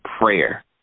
prayer